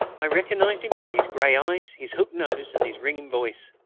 i recognised him by his grey eyes, his hooked nose, and his ringing voice.